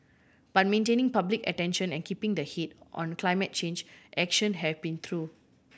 but maintaining public attention and keeping the heat on climate change action have been through